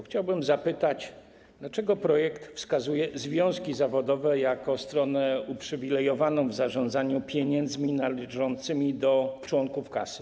Chciałbym zapytać, dlaczego w projektowanej ustawie wskazuje się związki zawodowe jako stronę uprzywilejowaną w zarządzaniu pieniędzmi należącymi do członków kasy.